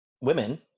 Women